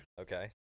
Okay